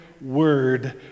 word